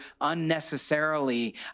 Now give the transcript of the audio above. unnecessarily